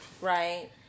right